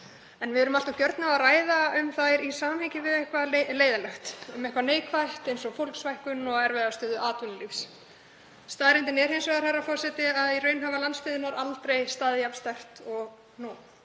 Við erum allt of gjörn á að ræða um þær í samhengi við eitthvað leiðinlegt og neikvætt, eins og fólksfækkun og erfiða stöðu atvinnulífs. Staðreyndin er hins vegar, herra forseti, að í raun hafa landsbyggðirnar aldrei staðið jafn sterkt og nú.